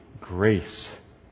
Grace